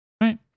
Right